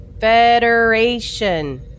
Federation